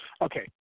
Okay